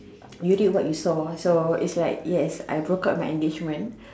you did what you saw so is like yes I broke up with my engagement